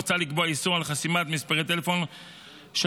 מוצע לקבוע איסור של חסימת מספרי טלפון של